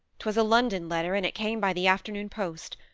twas a london letter, and it came by the afternoon post.